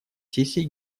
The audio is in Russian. сессии